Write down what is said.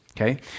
Okay